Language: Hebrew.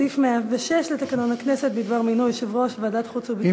סעיף 106 לתקנון הכנסת בדבר מינוי יושב-ראש ועדת החוץ והביטחון התקבל.